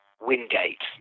Wingate